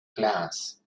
glass